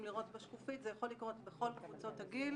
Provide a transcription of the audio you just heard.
לראות בשקופית זה יכול לקרות בכל קבוצות הגיל.